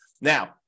now